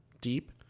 deep